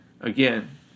Again